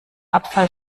abfall